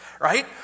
Right